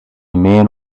man